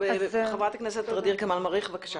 חברת הכנסת ע'דיר כמאל מריח, בבקשה.